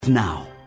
now